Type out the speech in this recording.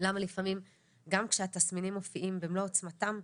למה לפעמים גם כשהתסמינים מופיעים במלוא עוצמתם,